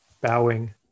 bowing